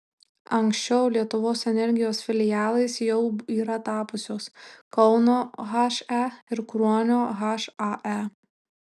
anksčiau lietuvos energijos filialais jau yra tapusios kauno he ir kruonio hae